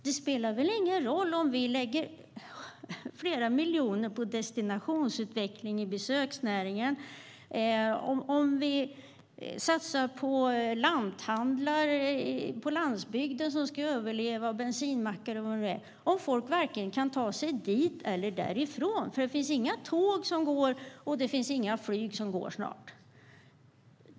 Det spelar väl ingen roll om vi lägger flera miljoner på destinationsutveckling i besöksnäringen och om vi satsar på lanthandlar, bensinmackar och annat på landsbygden om folk inte kan ta sig vare sig dit eller därifrån, eftersom det snart inte finns några tåg eller flyg som går.